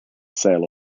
sale